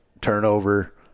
turnover